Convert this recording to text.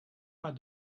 pas